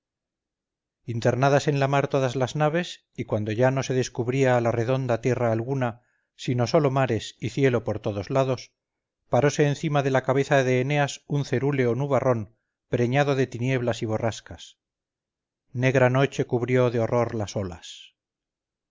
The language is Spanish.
internadas en la mar todas las naves y cuando ya no se descubría a la redonda tierra alguna sino sólo mares y cielo por todos lados parose encima de la cabeza de eneas un cerúleo nubarrón preñado de tinieblas y borrascas negra noche cubrió de horror las olas